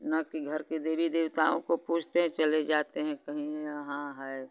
न कि घर के देवी देवताओं को पूजते हैं चले जाते हैं कहीं यहाँ है